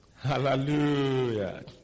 Hallelujah